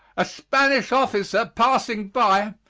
a spanish officer passing by,